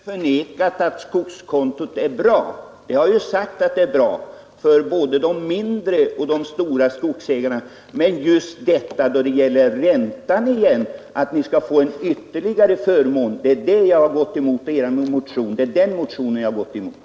Fru talman! Jag har inte förnekat att skogskontot är bra. Det är bra för både de mindre och de större skogsägarna. Men just förslaget i motionen om att ge skogsägarna en ytterligare förmån när det gäller räntan har jag gått emot.